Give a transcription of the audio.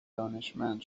دانشمند